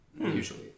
Usually